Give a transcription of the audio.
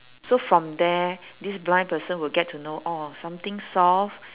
so from there this blind person will get to know orh something soft